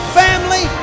family